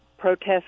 protests